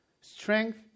strength